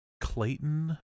Clayton